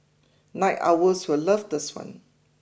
night owls will love this one